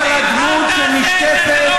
חבורה של מרגלים, איזו